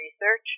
research